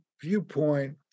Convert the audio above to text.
viewpoint